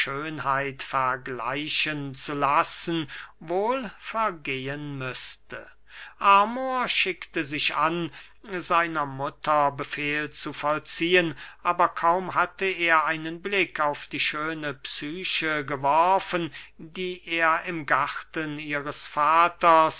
vergleichen zu lassen wohl vergehen müßte amor schickte sich an seiner mutter befehl zu vollziehen aber kaum hatte er einen blick auf die schöne psyche geworfen die er im garten ihres vaters